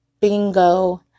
bingo